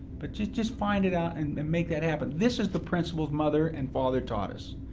but just just find it out and and make that happen. this is the principle of mother and father taught us.